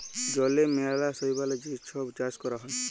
জলে ম্যালা শৈবালের যে ছব চাষ ক্যরা হ্যয়